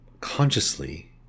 consciously